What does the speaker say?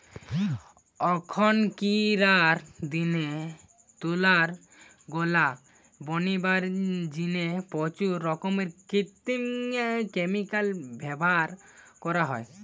অখনকিরার দিনে তুলার গোলা বনিবার জিনে প্রচুর রকমের কৃত্রিম ক্যামিকাল ব্যভার করা হয়